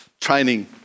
training